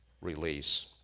release